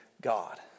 God